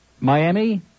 Miami